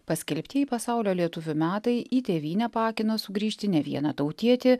paskelbtieji pasaulio lietuvių metai į tėvynę paakino sugrįžti ne vieną tautietį